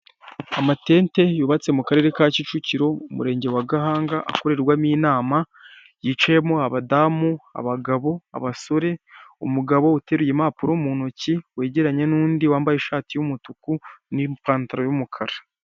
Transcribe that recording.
Umunara muremure uriho insinga z'imikara tukaba tubona harimo ikirere cy'umweru n'ubururu, uwo munara akaba ari umunara muremure w'amapoto y'amashanyarazi.